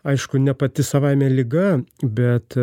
aišku ne pati savaime liga bet